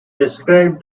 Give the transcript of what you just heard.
described